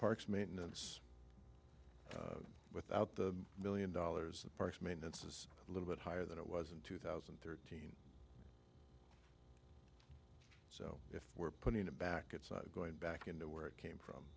parks maintenance without the million dollars of parks maintenance is a little bit higher than it was in two thousand and thirteen so if we're putting it back it's going back into where it came from